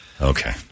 Okay